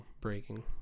breaking